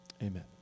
Amen